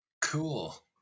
Cool